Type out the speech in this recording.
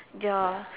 ya